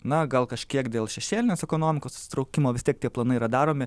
na gal kažkiek dėl šešėlinės ekonomikos susitraukimo vis tiek tie planai yra daromi